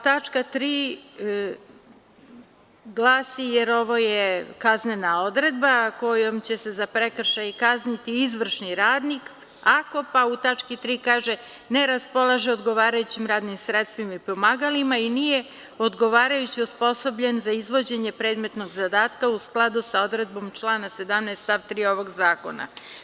Tačka 3) glasi: „Ovo je kaznena odredba kojom će se za prekršaj kazniti izvršni radnik ako“, pa u tački 3) kaže: „ne raspolaže odgovarajućim radnim sredstvima i pomagalima i nije odgovarajuće osposobljen za izvođenje predmetnog zadatka“, u skladu sa odredbom člana 17. stav 3. ovog zakona.